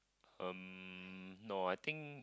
um no I think